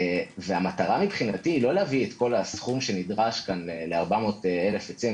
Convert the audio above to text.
המטרה מבחינתי לא להביא את כל הסכום שנדרש כאן ל-400 אלף עצים,